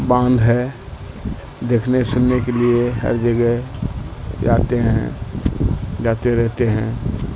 باندھ ہے دیکھنے سننے کے لیے ہر جگہ جاتے ہیں جاتے رہتے ہیں